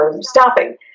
stopping